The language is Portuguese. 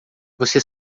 você